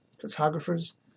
photographers